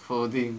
coding